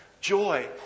Joy